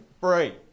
Free